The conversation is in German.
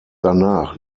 danach